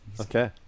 Okay